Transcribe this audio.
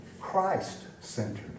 Christ-centered